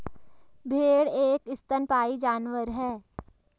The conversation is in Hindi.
भेड़ एक स्तनपायी जानवर है